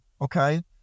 okay